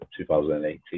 2018